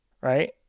right